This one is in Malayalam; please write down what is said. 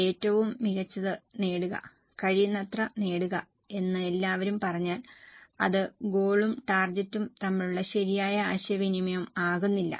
ഏറ്റവും മികച്ചത് നേടുക കഴിയുന്നത്ര നേടുക എന്ന് എല്ലാവരും പറഞ്ഞാൽ അത് ഗോളും ടാർജറ്റും തമ്മിലുള്ള ശരിയായ ആശയവിനിമയം ആകുന്നില്ല